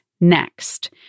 next